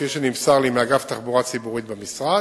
כפי שנמסר לי מאגף תחבורה ציבורית במשרדי,